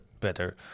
better